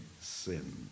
sin